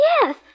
Yes